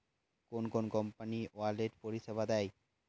কোন কোন company wallet পরিষেবা দেয়?